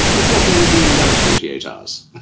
but what were you doing the other forty-eight hours?